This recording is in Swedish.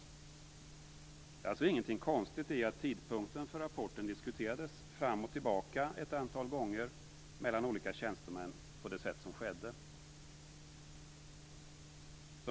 Det är alltså ingenting konstigt med att tidpunkten för rapporten diskuterades fram och tillbaka ett antal gånger mellan olika tjänstemän på det sätt som skedde.